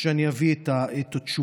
כשאני אביא את התשובה.